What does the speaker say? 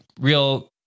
real